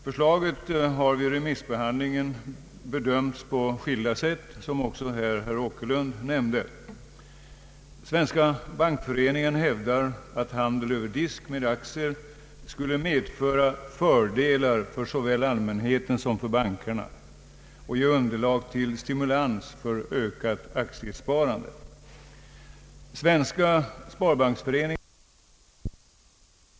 Förslaget har vid remissbehandlingen bedömts på skilda sätt, som också herr Åkerlund här nämnde. Svenska bankföreningen hävdar att handel över disk med aktier skulle medföra fördelar för såväl allmänheten som bankerna och ge underlag till stimulans för ökat aktiesparande. Svenska sparbanksföreningen däremot hävdar att det föreslagna systemet inte skulle innebära några avsevärda fördelar vare sig för bankerna eller för deras kunder. Bankinspektionen för sin del säger sig inte kunna tillstyrka att förslaget skulle börja tillämpas med mindre än att verkningarna först närmare utretts. Bankinspektionen säger också att ett genomförande av förslaget skulle kräva ändringar i banklagstiftningen.